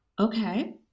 okay